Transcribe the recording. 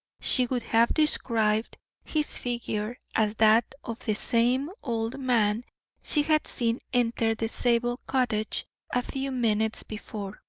she would have described his figure as that of the same old man she had seen enter the zabel cottage a few minutes before,